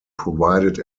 provided